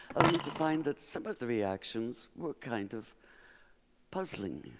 only to find that some of the reactions were kind of puzzling.